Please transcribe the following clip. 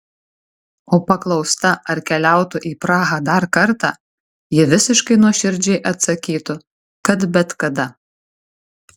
o paklausta ar keliautų į prahą dar kartą ji visiškai nuoširdžiai atsakytų kad bet kada